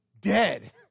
dead